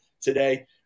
today